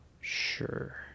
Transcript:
Sure